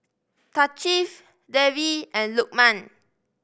Thaqif Dewi and Lukman